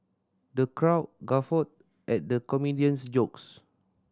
the crowd guffawed at the comedian's jokes